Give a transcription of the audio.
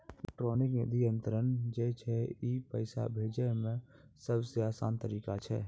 electronic निधि अन्तरन जे छै ई पैसा भेजै के सभ से असान तरिका छै